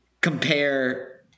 compare